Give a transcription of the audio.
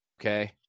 Okay